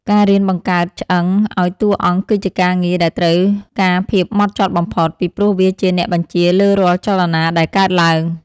ការរៀនបង្កើតឆ្អឹងឱ្យតួអង្គគឺជាការងារដែលត្រូវការភាពហ្មត់ចត់បំផុត ពីព្រោះវាជាអ្នកបញ្ជាលើរាល់ចលនាដែលកើតឡើង។